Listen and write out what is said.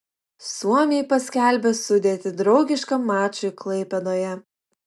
suomiai paskelbė sudėtį draugiškam mačui klaipėdoje